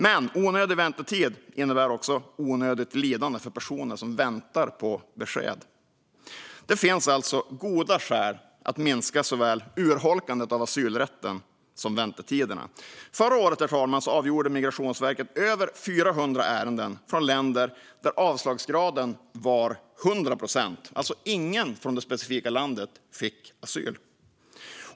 Men onödig väntetid innebär även onödigt lidande för personer som väntar på besked. Det finns alltså goda skäl att minska såväl urholkandet av asylrätten som väntetiderna. Herr talman! Förra året avgjorde Migrationsverket över 400 ärenden där avslagsgraden var 100 procent, alltså där ingen från vissa länder fick asyl.